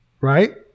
Right